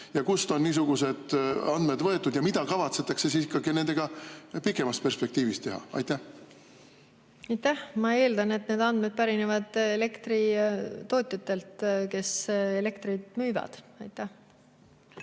Kust on niisugused andmed võetud ja mida kavatsetakse nendega pikemas perspektiivis teha? Aitäh! Ma eeldan, et need andmed pärinevad elektritootjatelt, kes elektrit müüvad. Aitäh!